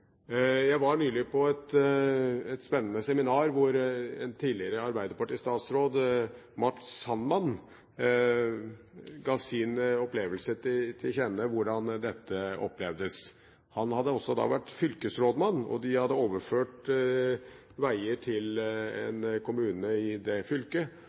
Jeg var nylig på et spennende seminar hvor en tidligere arbeiderpartistatsråd, Matz Sandman, ga til kjenne sin opplevelse av dette. Han hadde også da vært fylkesrådmann, og de hadde overført veger til en kommune i fylket, og fikk beskjed fra staten om at det